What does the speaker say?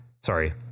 sorry